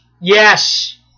Yes